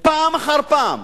פעם אחר פעם,